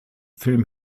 film